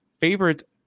favorite